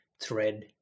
thread